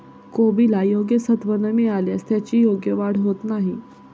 कोबीला योग्य सत्व न मिळाल्यास त्याची योग्य वाढ होत नाही